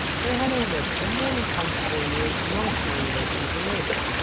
there had i lived many comfortable years amongst my relations and neighbors,